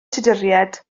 tuduriaid